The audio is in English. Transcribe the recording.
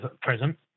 present